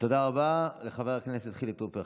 תודה רבה לחבר הכנסת חילי טרופר.